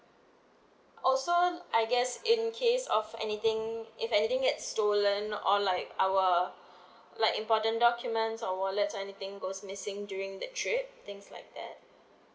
also I guess in case of anything if anything get stolen or like our like important documents or wallets anything goes missing during that trip things like that